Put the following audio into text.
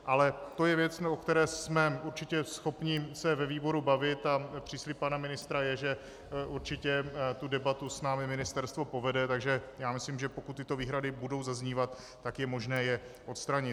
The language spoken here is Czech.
Ale to je věc, o které jsme určitě schopni se ve výboru bavit, a příslib pana ministra je, že určitě tu debatu s námi ministerstvo povede, takže já myslím, že pokud tyto výhrady budou zaznívat, tak je možné je odstranit.